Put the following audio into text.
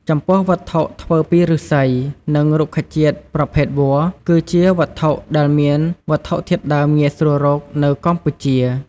ចំពោះវត្ថុធ្វើពីឫស្សី និងរុក្ខជាតិប្រភេទវល្លិ គឺជាវត្ថុដែលមានវត្ថុធាតុដើមងាយស្រួលរកនៅកម្ពុជា។